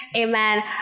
Amen